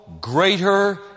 greater